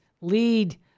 lead